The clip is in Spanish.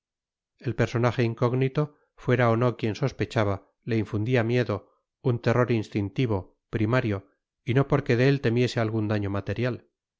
el personaje incógnito fuera o no quien sospechaba le infundía miedo un terror instintivo primario y no porque de él temiese ningún daño material